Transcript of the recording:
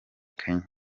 kenya